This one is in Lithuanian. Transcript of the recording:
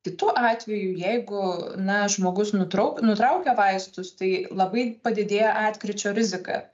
kitu atveju jeigu na žmogus nutrauk nutraukia vaistus tai labai padidėja atkryčio rizika